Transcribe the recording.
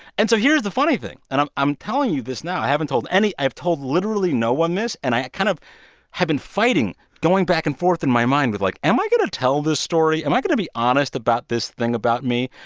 and so here's the funny thing. and i'm i'm telling you this now. i haven't told any i've told literally no one this. and i kind of have been fighting going back and forth in my mind with, like, am i going to tell this story? am i going to be honest about this thing about me?